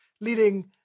leading